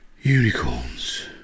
Unicorns